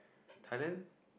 pardon